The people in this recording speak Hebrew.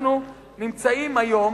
אנחנו נמצאים היום